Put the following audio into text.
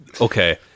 Okay